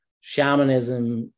shamanism